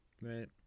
Right